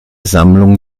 sammlung